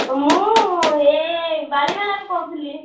ମୁଁ ଏ ବାଲିମେଳାରୁ କହୁଥିଲି